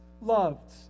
loved